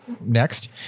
next